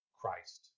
Christ